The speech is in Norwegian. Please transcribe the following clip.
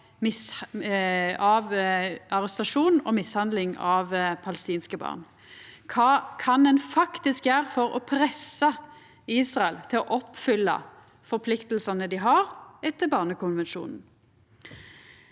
av arrestasjon og mishandling av palestinske barn. Kva kan ein faktisk gjera for å pressa Israel til å oppfylla forpliktingane dei har etter Barnekonvensjonen?